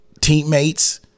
teammates